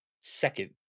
second